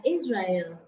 Israel